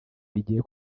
bigiye